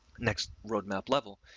next roadmap level.